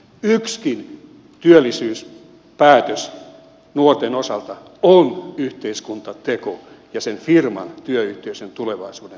yksikin työllisyyspäätös nuorten osalta on yhteiskuntateko ja sen firman työyhteisön tulevaisuuden teko